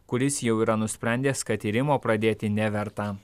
kuris jau yra nusprendęs kad tyrimo pradėti neverta